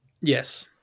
Yes